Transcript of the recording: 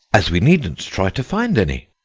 as we needn't try to find any.